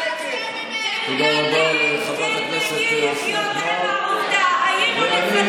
את לא מחליטה מי נמצא כאן ומי לא,